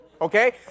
Okay